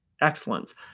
excellence